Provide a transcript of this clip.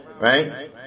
right